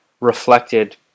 reflected